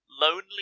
Lonely